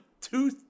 two